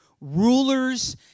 Rulers